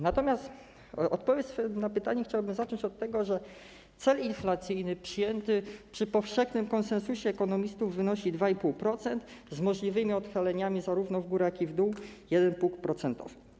Natomiast odpowiedź na pytanie chciałbym zacząć od tego, że cel inflacyjny przyjęty przy powszechnym konsensusie ekonomistów wynosi 2,5%, z możliwymi odchyleniami zarówno w górę, jak i w dół o 1 punkt procentowy.